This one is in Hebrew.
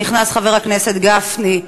נכנס חבר הכנסת גפני,